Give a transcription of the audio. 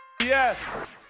Yes